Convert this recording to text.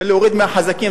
ולהוריד מהחזקים.